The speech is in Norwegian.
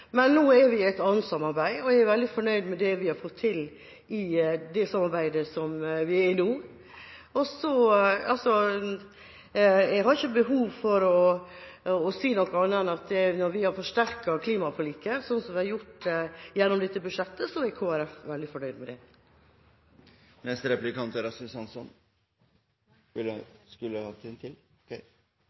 Men nå er vi i et annet samarbeid, og jeg er veldig fornøyd med det vi har fått til i det samarbeidet som vi er i nå. Jeg har ikke behov for å si noe annet enn at når vi har forsterket klimaforliket, slik som vi har gjort gjennom dette budsjettet, så er Kristelig Folkeparti veldig fornøyd med det.